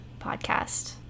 podcast